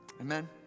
Amen